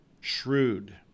shrewd